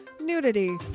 nudity